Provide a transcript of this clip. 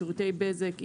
שירותי בזק,